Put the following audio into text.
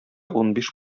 унбиш